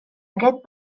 aquest